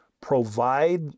provide